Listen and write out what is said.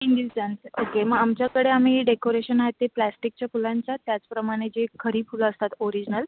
तीन दिवसांचं ओके मग आमच्याकडे आम्ही डेकोरेशन आहे ते प्लॅस्टिकच्या फुलांचा त्याचप्रमाणे जे खरी फुलं असतात ओरीजनल